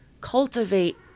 cultivate